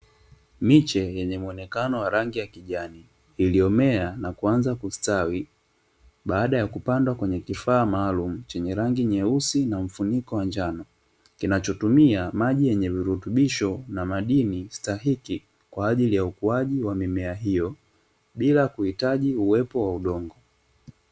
Miche yenye muonekano wa rangi ya kijani, iliyomea na kuanza kustawi, baada ya kupandwa kwenye kifaa maalumu chenye rangi nyeusi na mfuniko wa njano, kinachotumia maji yenye virutubisho na madini stahiki kwa ajili ya ukuaji wa mimea hiyo bila kuhitaji uwepo wa udongo.